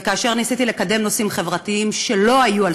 וכאשר ניסיתי לקדם נושאים חברתיים שלא היו על